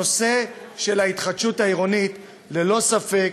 נושא ההתחדשות העירונית, ללא ספק,